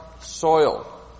soil